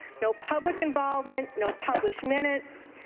no public involvement, no published minutes,